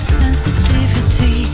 sensitivity